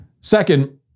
Second